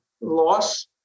loss